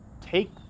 take